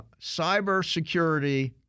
cybersecurity